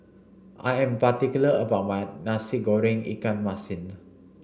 I am particular about my Nasi Goreng Ikan Masin